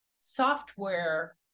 software